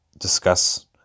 discuss